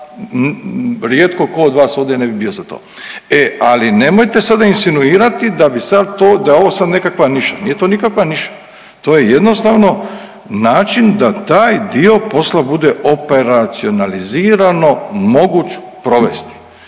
da rijetko tko od vas ovdje ne bi bio za to. E, ali nemojte sada insinuirati da bi sada to da je ovo sada nekakva niša. Nije to nikakva niša. To je jednostavno način da taj dio posla bude operacionalizirano moguć provesti,